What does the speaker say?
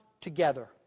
together